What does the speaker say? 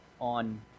on